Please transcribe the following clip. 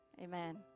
Amen